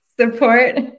Support